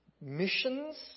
missions